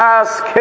ask